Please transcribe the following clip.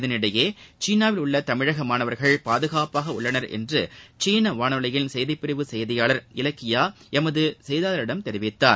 இதற்கிடையே சீனாவில் உள்ள தமிழக மாணவர்கள் பாதுகாப்பாக உள்ளனர் என்று சீன வானொலியின் செய்திப்பிரிவு செய்தியாளர் இலக்கியா எமது செய்தியாளரிடம் தெரிவித்தார்